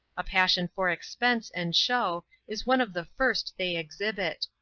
a passion for expense and show is one of the first they exhibit.